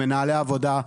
מנהלי העבודה,